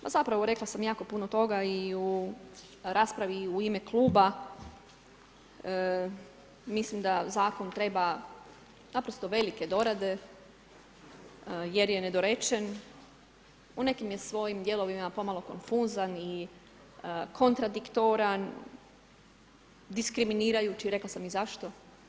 Pa zapravo rekla sam jako puno toga i u raspravi i u ime kluba, mislim da zakon treba naprosto velike dorade jer je nedorečen, u nekim je svojim dijelovima pomalo konfuzan i kontradiktoran, diskriminirajući, rekla sam i zašto.